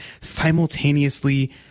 simultaneously